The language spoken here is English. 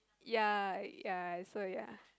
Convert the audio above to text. ya ya so ya